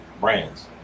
brands